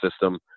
system